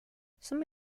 some